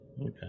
Okay